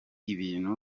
ibintu